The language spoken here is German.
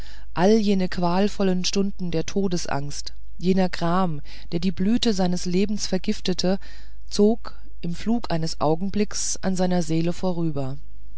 alle jene qualvollen stunden der todesangst jener gram der die blüte seines lebens vergiftete zogen im flug eines augenblicks an seiner seele vorüber